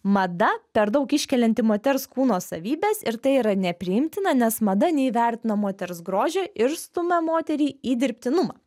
mada per daug iškelianti moters kūno savybes ir tai yra nepriimtina nes mada neįvertina moters grožio ir stumia moterį į dirbtinumą